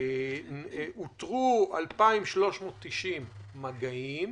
אותרו 2,390 מגעים,